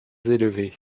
élever